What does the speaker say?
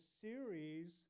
series